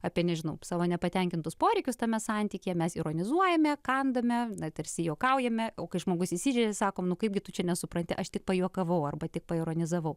apie nežinau savo nepatenkintus poreikius tame santykyje mes ironizuojame kandame tarsi juokaujame o kai žmogus įsižeidžia sakome nu kaipgi tu čia nesupranti aš tik pajuokavau arba tik paironizavau